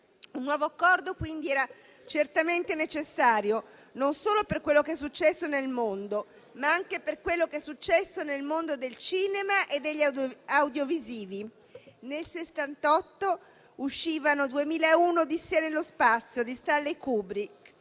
Un nuovo accordo, quindi, era certamente necessario non solo per quello che è successo nel mondo, ma anche per quello che è successo nel mondo del cinema e degli audiovisivi. Nel 1968 uscivano «2001 Odissea nello spazio» di Stanley Kubrick